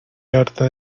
harta